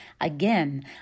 Again